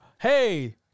hey